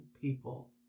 people